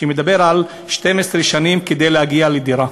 שמדבר על 12 שנים כדי להגיע לדירה.